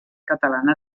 catalana